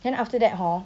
then after that hor